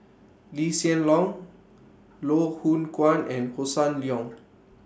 Lee Hsien Loong Loh Hoong Kwan and Hossan Leong